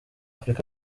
afurika